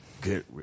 good